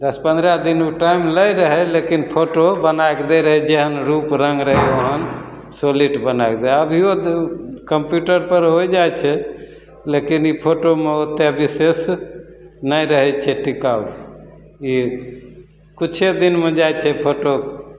दस पनरह दिन ओ टाइम लै रहै लेकिन फोटो बनैके दै रहै जेहन रूप रङ्ग रहै ओहन सॉलिड बनैके दै अभिओ कम्प्यूटरपर हो जाइ छै लेकिन ई फोटोमे ओतेक विशेष नहि रहै छै टिकाउ ई किछुए दिनमे जाइ छै फोटो